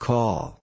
Call